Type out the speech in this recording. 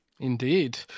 Indeed